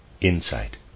Insight